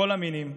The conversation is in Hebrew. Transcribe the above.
כל המינים,